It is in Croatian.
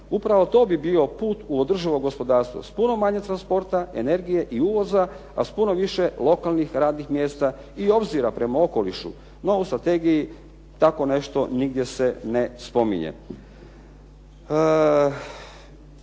Upravo to bi bio put u održivo gospodarstvo s puno manje transporta, energije i uvoza, a s puno više lokalnih, radnih mjesta i obzira prema okolišu. No, u strategiji tako nešto nigdje se ne spominje.